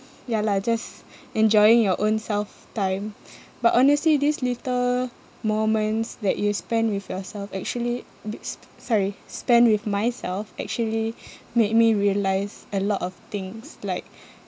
ya lah just enjoying your own self-time but honestly these little moments that you spend with yourself actually bi~ sorry spend with myself actually made me realised a lot of things like